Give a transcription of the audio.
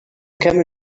camel